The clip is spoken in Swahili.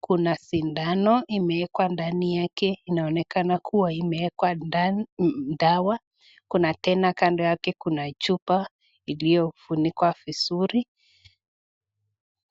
kuna sindano imeekwa ndani yake. Inaonekana kua imewekwa dawa, kuna tena kando yake chupa iiyofunikwa vizuri.